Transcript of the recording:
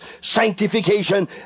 sanctification